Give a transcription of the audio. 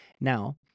Now